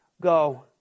Go